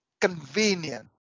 convenient